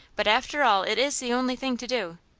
but after all it is the only thing to do.